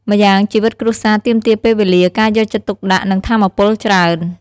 ម្យ៉ាងជីវិតគ្រួសារទាមទារពេលវេលា ការយកចិត្តទុកដាក់ និងថាមពលច្រើន។